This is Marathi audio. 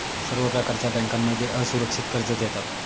सर्व प्रकारच्या बँकांमध्ये असुरक्षित कर्ज देतात